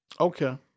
Okay